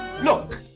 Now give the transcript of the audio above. Look